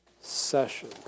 session